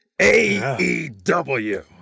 AEW